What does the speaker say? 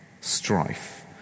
strife